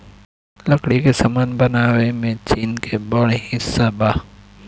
लकड़ी के सामान बनावे में चीन के बड़ हिस्सा बा